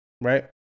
Right